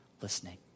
listening